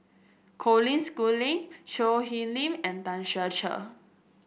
Colin Schooling Choo Hwee Lim and Tan Ser Cher